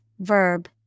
Verb